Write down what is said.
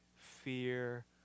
fear